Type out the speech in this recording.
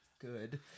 good